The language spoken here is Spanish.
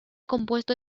compuesto